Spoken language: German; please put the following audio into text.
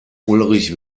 ulrich